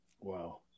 Wow